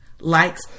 likes